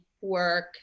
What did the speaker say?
work